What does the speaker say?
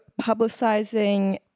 publicizing